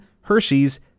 Hershey's